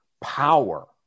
power